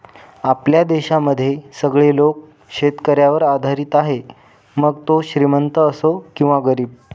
आपल्या देशामध्ये सगळे लोक शेतकऱ्यावर आधारित आहे, मग तो श्रीमंत असो किंवा गरीब